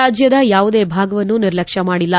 ರಾಜ್ಯದ ಯಾವುದೇ ಭಾಗವನ್ನು ನಿರ್ಲಕ್ಷ್ಯ ಮಾಡಿಲ್ಲ